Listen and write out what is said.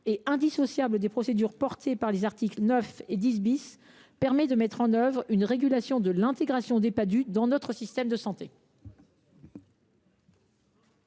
est indissociable des procédures portées par les articles 9 et 10 , qui permettent de mettre en œuvre une régulation de l’intégration des Padhue dans notre système de santé.